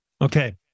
Okay